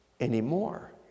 anymore